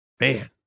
man